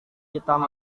hitam